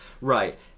Right